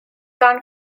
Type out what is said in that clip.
gone